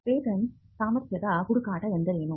patent ಸಾಮರ್ಥ್ಯದ ಹುಡುಕಾಟ ಎಂದರೇನು